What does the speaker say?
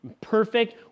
perfect